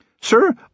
Sir